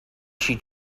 she